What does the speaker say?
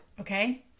Okay